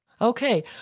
Okay